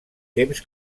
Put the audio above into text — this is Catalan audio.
temps